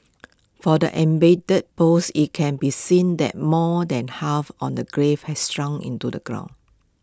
for the embedded post IT can be seen that more than half on the grave had sunk into the ground